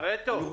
פארטו,